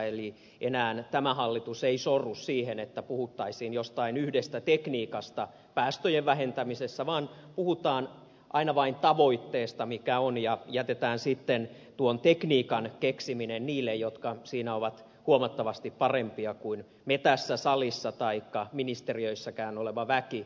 eli tämä hallitus ei enää sorru siihen että puhuttaisiin jostain yhdestä tekniikasta päästöjen vähentämisessä vaan puhutaan aina vain siitä tavoitteesta joka on ja jätetään sitten tuon tekniikan keksiminen niille jotka siinä ovat huomattavasti parempia kuin me tässä salissa taikka ministeriöissäkään oleva väki